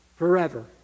Forever